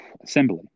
assembly